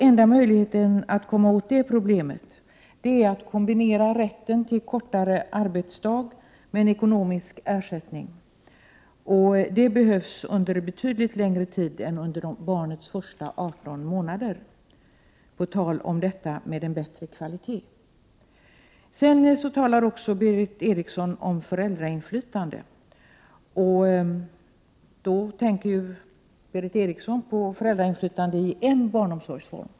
Enda möjligheten att komma till rätta med detta problem är att kombinera rätten till kortare arbetsdag med en ekonomisk ersättning, vilket är nödvändigt under betydligt längre tid än under barnets första 18 månader. Vidare talade Berith Eriksson om föräldrainflytande, och hon menade då föräldrainflytande i en form av barnomsorg.